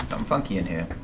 um funky in here.